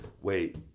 Wait